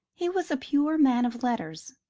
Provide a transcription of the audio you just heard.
he was a pure man of letters,